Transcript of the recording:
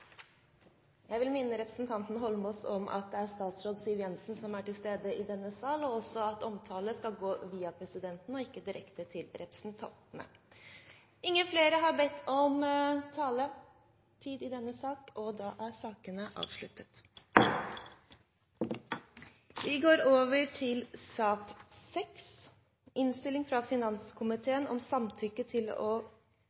jeg hun hadde sagt at den skatteletten som du har lagt opp til, er neimen ikke dum. Presidenten vil minne representanten Eidsvoll Holmås om at det er statsråd Siv Jensen som er til stede i denne sal, og at all tale skal rettes til presidenten, ikke direkte til representantene. Flere har ikke bedt om ordet til sakene nr. 4 og